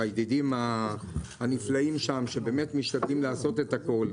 הידידים הנפלאים שם שבאמת משתדלים לעשות את הכל,